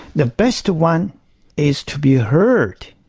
the best one is to be heard,